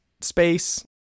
space